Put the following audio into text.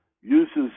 uses